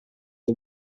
are